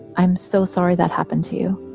i'm so sorry that happened to.